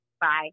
Bye